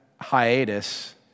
hiatus